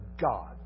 God